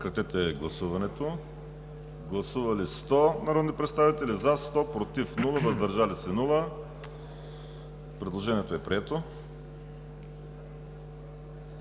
Предложението е прието.